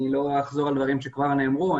אני לא אחזור על דברים שכבר נאמרו.